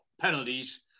penalties